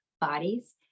bodies